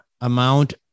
amount